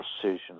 precision